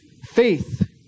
faith